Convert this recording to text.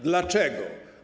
Dlaczego?